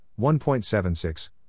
1.76